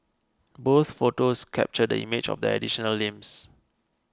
both photos captured the image of the additional limbs